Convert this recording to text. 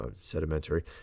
sedimentary